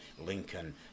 Lincoln